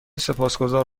سپاسگذار